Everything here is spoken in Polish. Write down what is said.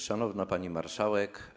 Szanowna Pani Marszałek!